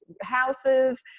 houses